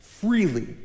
freely